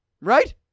Right